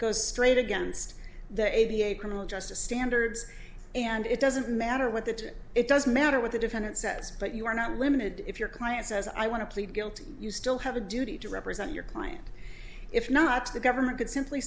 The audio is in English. goes straight against the a b a criminal justice standards and it doesn't matter what the tip it doesn't matter what the defendant says but you are not limited if your client says i want to plead guilty you still have a duty to represent your client if not the government could simply